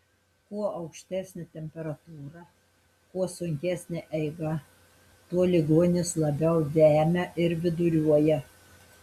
kuo aukštesnė temperatūra kuo sunkesnė eiga tuo ligonis labiau vemia ir viduriuoja